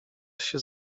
się